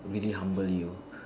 really humble you